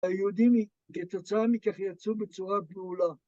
היהודים כתוצאה מכך יצאו בצורה בהולה